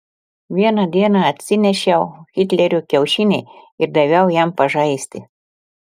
vieną dieną atsinešiau hitlerio kiaušinį ir daviau jam pažaisti